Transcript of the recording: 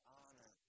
honor